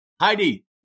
Heidi